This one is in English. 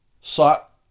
sought